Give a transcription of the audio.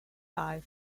five